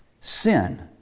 sin